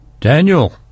Daniel